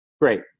Great